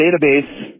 database